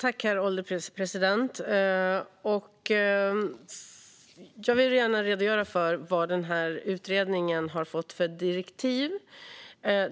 Herr ålderspresident! Jag vill gärna redogöra för vad utredningen har fått för direktiv.